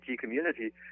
community